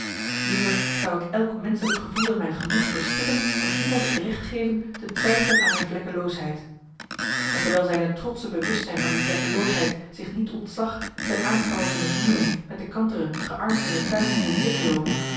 liever zou ik elk menschelijk gevoel in mijn gemoed verstikken dan iemand het recht geven te twijfelen aan mijn vlekkeloosheid en terwijl zij in het trotsche bewustzijn van die vlekkeloosheid zich niet ontzag ten aanschouwe van de buren met de kantere gearmd in den tuin heen en weer te loopen